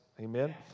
amen